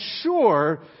sure